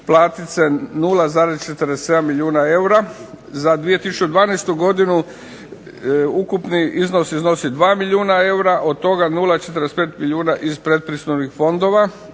platit se 0,47 milijuna eura. Za 2012. godinu ukupni iznos iznosi 2 milijuna eura, od toga 0,45 milijuna iz pretpristupnih fondova.